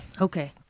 Okay